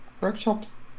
workshops